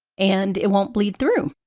and it won't bleed through!